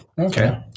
Okay